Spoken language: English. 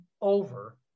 over